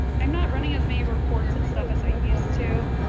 i'm not running as many reports and stuff as i used to.